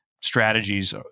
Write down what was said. strategies